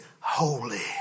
Holy